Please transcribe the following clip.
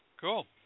Cool